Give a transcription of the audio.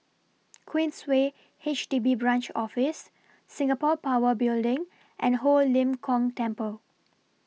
Queensway H D B Branch Office Singapore Power Building and Ho Lim Kong Temple